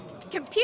Computer